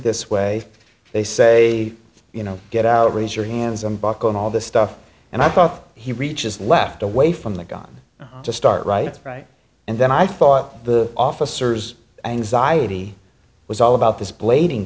this way they say you know get out raise your hands unbuckled all this stuff and i thought he reaches left away from the gun to start right right and then i thought the officers anxiety was all about this blading